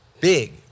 Big